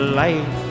life